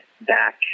back